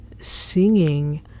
singing